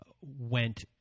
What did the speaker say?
went